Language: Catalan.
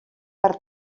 per